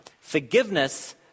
Forgiveness